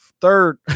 third